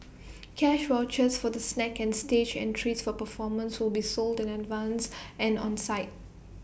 cash vouchers for the snacks and stage entries for performances will be sold in advance and on site